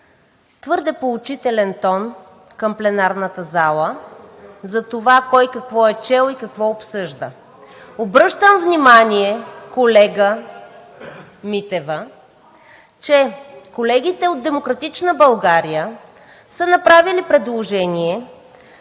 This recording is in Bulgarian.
твърде поучителен тон към пленарната зала затова кой какво е чал и какво обсъжда. Обръщам внимание, колега Митева, че колегите от „Демократична България“ са направили предложение,